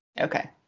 okay